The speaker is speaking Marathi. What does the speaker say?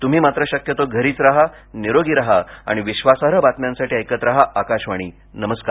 तृम्ही मात्र शक्यतो घरीच राहा निरोगी राहा आणि विश्वासार्ह बातम्यांसाठी ऐकत राहा आकाशवाणी नमस्कार